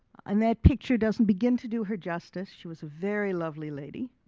and that picture doesn't begin to do her justice. she was a very lovely lady.